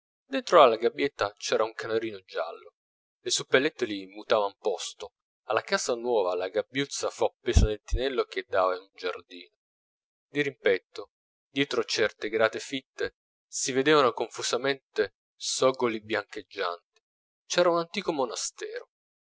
dentro alla gabbietta c'era un canarino giallo le suppellettili mutavan posto alla casa nuova la gabbiuzza fu appesa nel tinello che dava in un giardino di rimpetto dietro certe grate fitte si vedevano confusamente soggoli biancheggianti c'era un antico monastero